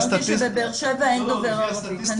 עניתי, אמרתי שבבאר שבע אין דובר ערבית.